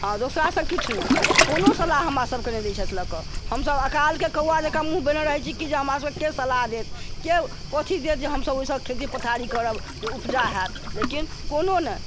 हँ दोसरासँ किछु नहि कोनो सलाह हमरा सभके नहि दै छथि लऽ कऽ हम सभ अकालके कौआ जेना मुँह बेने रहै छी कि जे हमरा सभके के सलाह देत के कथि देत जे हम सभ ओहिसँ खेती पथारी करब जे उपजा होयत लेकिन कोनो नहि